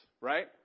right